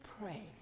pray